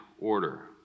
order